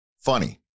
Funny